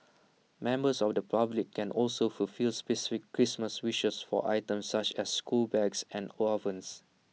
members of the public can also fulfil specific Christmas wishes for items such as school bags and ovens